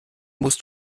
musst